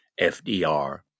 FDR